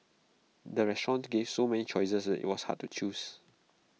the restaurant gave so many choices that IT was hard to choose